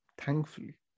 thankfully